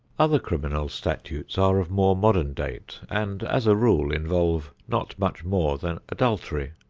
other criminal statutes are of more modern date, and as a rule involve not much more than adultery,